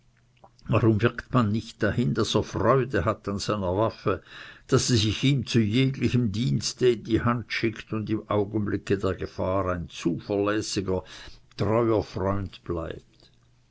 warum wirkt man nicht dahin daß er freude hat an seiner waffe daß sie sich ihm zu jeglichem dienste in die hand schickt und im augenblicke der gefahr ein zuverlässiger treuer freund bleibt